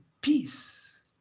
peace